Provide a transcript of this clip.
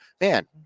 man